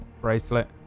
bracelet